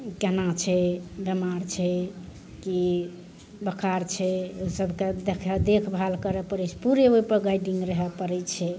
केना छै बेमार छै कि बोखार छै ओहि सबके देखऽ देखभाल करऽ पड़ैत छै पूरे ओहिपर गाइडिंग रहय पड़ैत छै